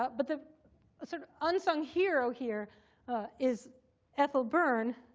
but but the sort of unsung hero here is ethel byrne,